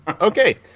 Okay